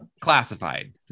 classified